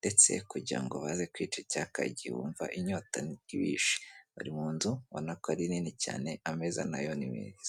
ndetse kugira ngo baze kwica icyaka igihe wumva inyota ibishe, bari mu nzu ubonako ari nini cyane ameza na yo n'ibindi.